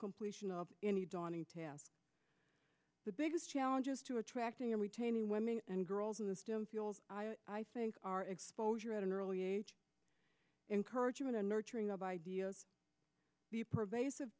completion of any daunting task the biggest challenges to attracting and retaining women and girls in the i think our exposure at an early age encouraging in a nurturing of ideas pervasive